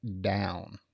down